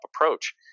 approach